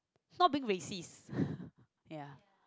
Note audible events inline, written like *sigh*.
it's not being racist *laughs* ya